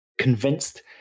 convinced